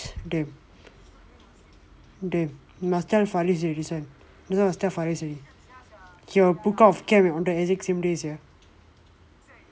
dey dey must tell faris already this [one] this [one] must tell faris already he'll book out of camp and all that on the exact same day sia